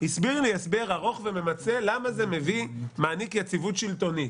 הסביר לי הסבר ארוך וממצה למה זה מעניק יציבות שלטונית.